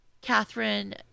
Catherine